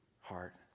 heart